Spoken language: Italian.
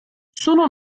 sono